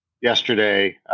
yesterday